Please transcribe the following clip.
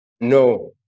No